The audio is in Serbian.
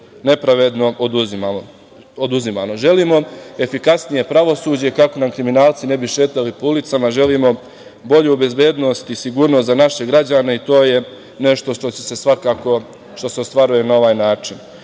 nepravedno oduzimano. Želimo efikasnije pravosuđe kako nam kriminalci ne bi šetali po ulicama, želimo bolju bezbednost i sigurnost za naše građane, i to je nešto što se ostvaruje na ovaj način.